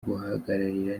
guhagararira